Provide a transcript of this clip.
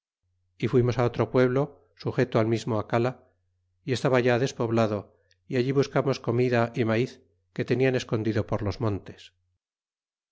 y fuimos otro pueblo sujeto al mismo acala y estaba ya despoblado y alli buscamos comida y maíz que tenían escondido por los montes